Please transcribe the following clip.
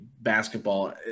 basketball